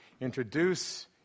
introduce